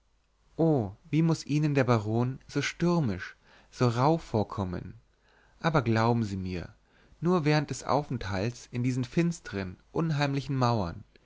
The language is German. wie muß ihnen der baron so stürmisch so rauh vorkommen aber glauben sie mir nur während des aufenthalts in diesen finstern unheimlichen mauern